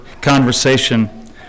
conversation